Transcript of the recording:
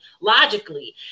logically